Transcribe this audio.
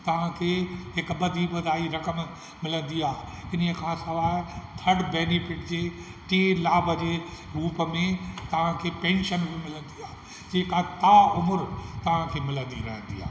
तव्हांखे हिकु ॿधी ॿधाई रक़म मिलंदी आहे इन्हीअ खां सवाइ थ्रड बेनिफिट जंहिं टे लाभ जे रूप में तव्हांखे पेंशन बि मिलंदी आहे जेका तहां उमिरि तव्हांखे मिलंदी रहंदी आहे